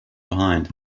behind